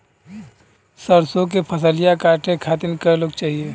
सरसो के फसलिया कांटे खातिन क लोग चाहिए?